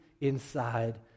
inside